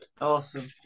Awesome